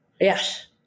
Yes